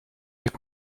est